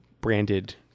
branded